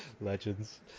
Legends